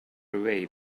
away